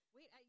Wait